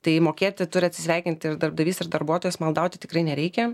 tai mokėti turi atsisveikinti ir darbdavys ir darbuotojas maldauti tikrai nereikia